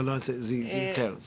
לא, זה יותר.